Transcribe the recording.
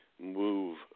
move